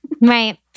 Right